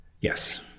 Yes